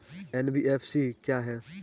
NBFC क्या है?